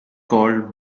called